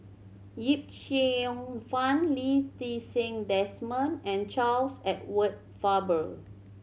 Yip Cheong Fun Lee Ti Seng Desmond and Charles Edward Faber